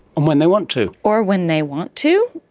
and when they want to. or when they want to.